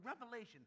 revelation